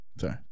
Sorry